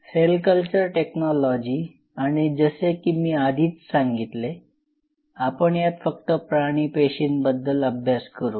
sale culture technology आणि जसे की मी आधीच सांगितले आपण यात फक्त प्राणी पेशींबद्दल अभ्यास करू